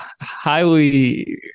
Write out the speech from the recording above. highly